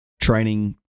training